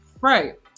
Right